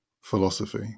philosophy